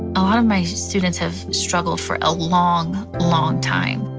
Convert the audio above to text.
a lot of my students have struggled for a long, long time.